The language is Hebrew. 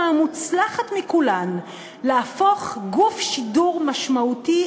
המוצלחת מכולן: להפוך גוף שידור משמעותי,